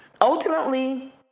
Ultimately